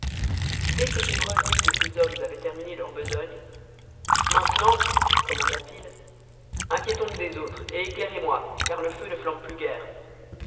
dès que gévrol vit que ses hommes avaient terminé leur besogne maintenant commanda-t-il inquiétons nous des autres et éclairez-moi car le feu ne flambe plus guère